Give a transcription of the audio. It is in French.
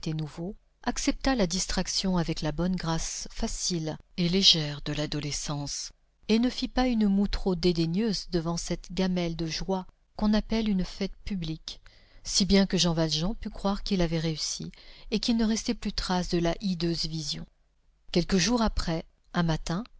nouveau accepta la distraction avec la bonne grâce facile et légère de l'adolescence et ne fit pas une moue trop dédaigneuse devant cette gamelle de joie qu'on appelle une fête publique si bien que jean valjean put croire qu'il avait réussi et qu'il ne restait plus trace de la hideuse vision quelques jours après un matin